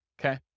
Okay